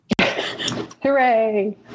hooray